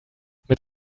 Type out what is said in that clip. mit